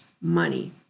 money